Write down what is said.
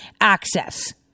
access